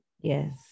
Yes